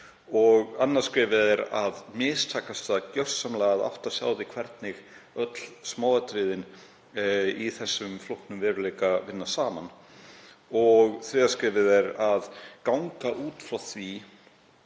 og annað skrefið að mistakast það gjörsamlega að átta sig á því hvernig öll smáatriðin í þeim flókna veruleika vinna saman. Þriðja skrefið er að ganga út frá því